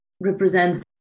represents